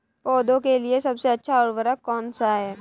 पौधों के लिए सबसे अच्छा उर्वरक कौन सा है?